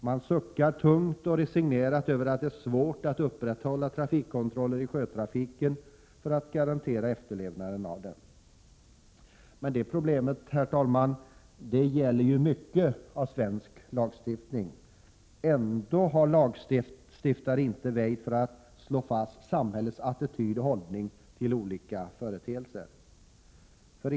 Man suckar tungt och resignerat över att det är svårt att upprätta trafikkontroller i sjötrafiken för att garantera efterlevnaden. Det problemet gäller mycket av svensk lagstiftning, men ändå har lagstiftare inte väjt för att slå fast samhällets attityd och hållning till olika företeelser.